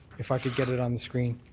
if i could get it on the screen.